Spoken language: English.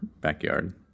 backyard